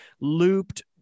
looped